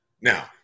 Now